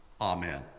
Amen